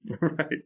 Right